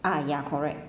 ah ya correct